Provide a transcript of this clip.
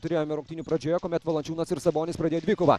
turėjome rungtynių pradžioje kuomet valančiūnas ir sabonis pradėjo dvikovą